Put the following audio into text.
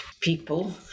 people